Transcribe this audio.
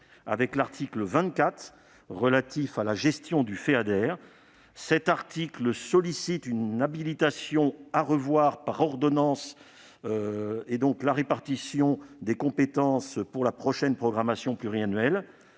avec l'article 24 relatif à la gestion du Feader. Cet article prévoit une habilitation à revoir, par ordonnance, la répartition des compétences pour la prochaine programmation pluriannuelle.